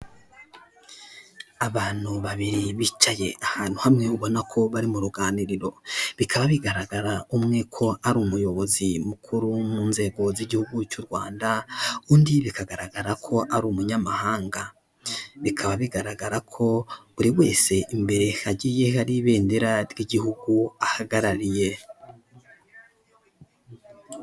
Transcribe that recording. Abantu babiri bicaye ahantu hamwe, ubona ko bari mu ruganiriro, bikaba bigaragara umwe ko ari umuyobozi mukuru mu nzego z'igihugu cy'u Rwanda, undi bikagaragara ko ari umunyamahanga. Bikaba bigaragara ko buri wese imbere hagiye hari ibendera ry'igihugu ahagarariye.